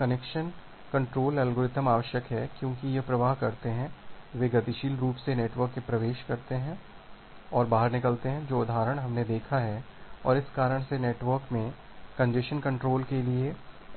तो congestion control algorithm आवश्यक है क्योंकि यह प्रवाह करते हैं वे गतिशील रूप से नेटवर्क में प्रवेश करते हैं और बाहर निकलते हैं जो उदाहरण हमने देखा है और इस कारण से नेटवर्क में कंजेस्शन कंट्रोल के लिए